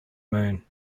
moon